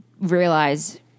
realize